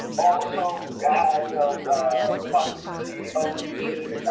also had you know the possibility of being